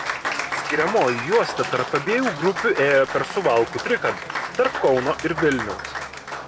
skiriamoji juosta tarp abiejų grupių ėjo per suvalkų trikampį tarp kauno ir vilniaus